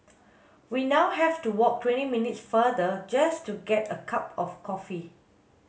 we now have to walk twenty minutes farther just to get a cup of coffee